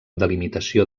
delimitació